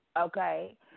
Okay